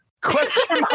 Question